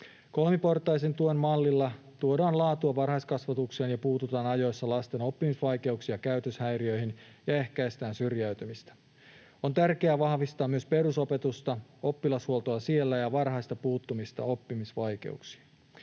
Kolmiportaisen tuen mallilla tuodaan laatua varhaiskasvatukseen ja puututaan ajoissa lasten oppimisvaikeuksiin ja käytöshäiriöihin ja ehkäistään syrjäytymistä. On tärkeää vahvistaa myös perusopetusta, oppilashuoltoa siellä ja varhaista puuttumista oppimisvaikeuksiin.